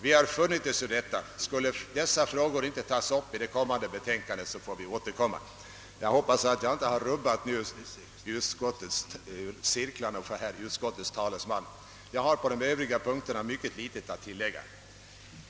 Vi har funnit oss i detta. Skulle dessa frågor inte tas upp i det kommande betänkandet får vi återkomma. På de övriga punkterna har jag mycket litet att tillägga.